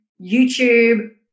YouTube